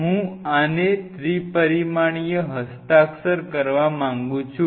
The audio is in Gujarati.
હું આને ત્રિપરિમાણીય હસ્તાક્ષર કરવા માંગુ છું